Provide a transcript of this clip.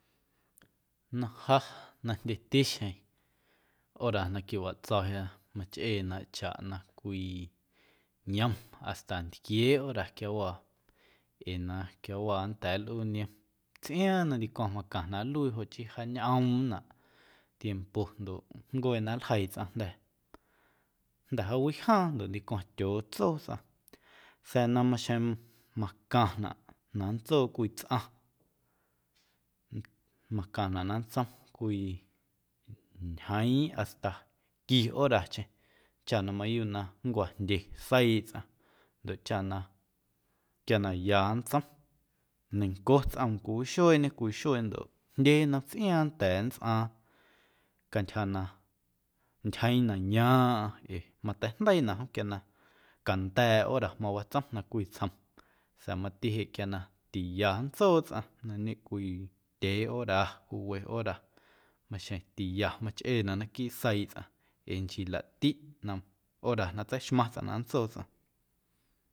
Na ja na jndyeti xjeⁿ hora na quiwatsoya machꞌeenaꞌ na chaꞌ na cwii yom hasta ntquieeꞌ hora quiawaa ee na quiawaa nnda̱a̱ nlꞌuu na niom tsꞌiaaⁿ na ndicwaⁿ macaⁿnaꞌ nluii jo chii wjaañꞌoomnaꞌ tiempo ndoꞌ nncueeꞌ na nljeii tsꞌaⁿ jnda̱ jnda̱ jaawijaaⁿ ndoꞌ ndicwaⁿ tyootsoo tsꞌaⁿ sa̱a̱ na maxjeⁿ macaⁿnaꞌ na nntsoo cwii tsꞌaⁿ macaⁿnaꞌ na nntsom cwii ñjeeⁿ hasta qui horacheⁿ chaꞌ na mayuuꞌ na nncuajndye seiiꞌ tsꞌaⁿ ndoꞌ chaꞌ quia na ya nntsom neiⁿnco tsꞌoom cwiwixueeñe ndoꞌ jndye nnom tsꞌiaaⁿ nnda̱a̱ nntsꞌaaⁿ cantyja na ntyjeeⁿ na yaaⁿꞌaⁿ ee mateijndeiinaꞌ jom quia na canda̱a̱ hora mawatsom na cwii tsjom sa̱a̱ mati jeꞌ quia na tiya nntsoo tsꞌaⁿ na ñecwii ndyee hora cwiiwe hora maxjeⁿ tiya machꞌeenaꞌ naquiiꞌ seiiꞌ tsꞌaⁿ ee nchii laꞌtiꞌ na hora na tseixmaⁿ tsꞌaⁿ na nntsoo tsꞌaⁿ.